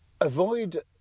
Avoid